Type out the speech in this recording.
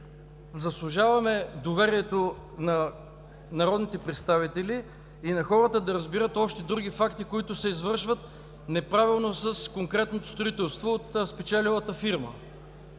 заслужаваме доверието на народните представители и на хората да разберат още други факти, които се извършват неправилно с конкретното строителство от спечелилата фирма.